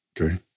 okay